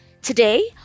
Today